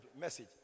Message